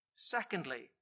Secondly